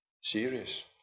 Serious